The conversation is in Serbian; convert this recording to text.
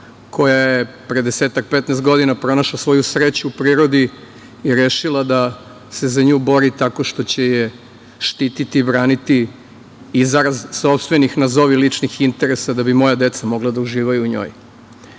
koja je pre 10, 15 godina pronašla sreću u prirodi i rešila da se za nju bori, tako što će je štititi i braniti i zarad sopstvenih, nazovi, ličnih interesa, da bi moja deca mogla da uživaju u njoj. Zato